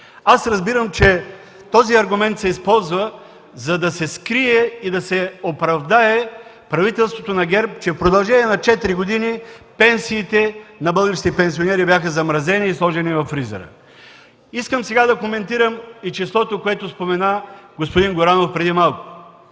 Разбирам, че този аргумент се използва, за да се скрие и да се оправдае правителството на ГЕРБ, че в продължение на четири години пенсиите на българските пенсионери бяха замразени и сложени във фризера. Сега искам да коментирам числото, което господин Горанов спомена преди малко.